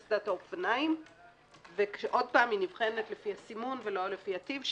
קסדת האופניים ושוב היא נבחנת על-ידי הסימון ולא לפי הטיב,